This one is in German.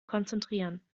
konzentrieren